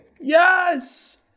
Yes